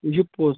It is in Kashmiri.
یہِ چھُ پوٚز